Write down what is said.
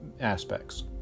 aspects